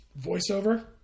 voiceover